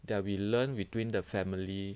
that we learn between the family